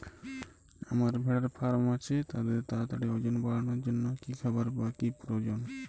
আমার ভেড়ার ফার্ম আছে তাদের তাড়াতাড়ি ওজন বাড়ানোর জন্য কী খাবার বা কী প্রয়োজন?